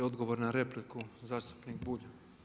Odgovor na repliku zastupnik Bulj.